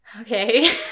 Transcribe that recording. Okay